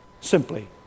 simply